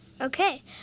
Okay